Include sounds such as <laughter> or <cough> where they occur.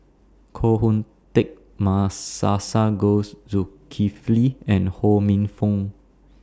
Koh Hoon Teck <unintelligible> Zulkifli and Ho Minfong